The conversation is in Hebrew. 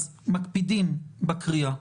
אז מקפידים בקריאה.